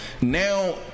Now